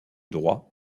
droit